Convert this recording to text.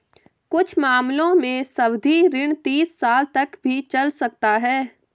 कुछ मामलों में सावधि ऋण तीस साल तक भी चल सकता है